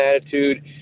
attitude